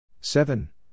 Seven